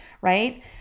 Right